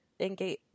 engage